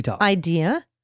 idea